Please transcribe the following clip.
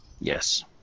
Yes